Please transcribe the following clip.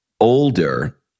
older